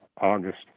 August